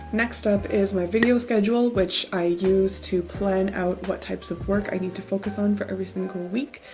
next up is my video schedule, which i use to plan out what types of work i need to focus on for every single week.